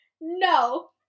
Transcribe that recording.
No